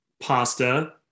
pasta